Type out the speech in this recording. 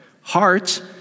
Heart